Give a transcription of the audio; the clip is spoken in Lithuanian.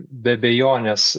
be abejonės